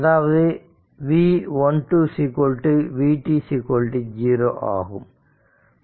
அதாவது v12 vt 0 ஆகும்